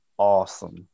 awesome